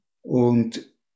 Und